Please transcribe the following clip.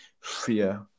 fear